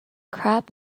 crab